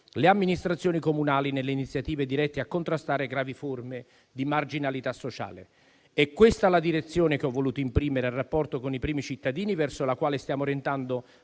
le amministrazioni comunali nelle iniziative dirette a contrastare gravi forme di marginalità sociale. È questa la direzione che ho voluto imprimere al rapporto con i primi cittadini, verso la quale stiamo orientando